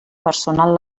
personal